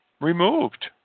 removed